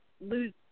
lose